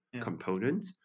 component